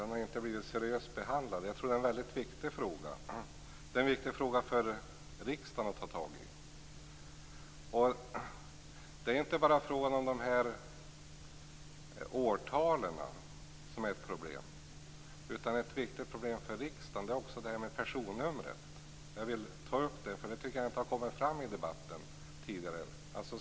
Den har inte blivit seriöst behandlad. Jag tror att det är en väldigt viktig fråga. Det är en viktig fråga för riksdagen att ta tag i. Och det är inte bara frågan om årtalen som är ett problem, utan ett viktigt problem för riksdagen är också personnumren. Jag vill ta upp det, för jag tycker inte att det har kommit fram i debatten tidigare.